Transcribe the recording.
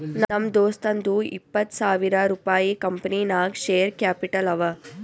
ನಮ್ ದೋಸ್ತುಂದೂ ಎಪ್ಪತ್ತ್ ಸಾವಿರ ರುಪಾಯಿ ಕಂಪನಿ ನಾಗ್ ಶೇರ್ ಕ್ಯಾಪಿಟಲ್ ಅವ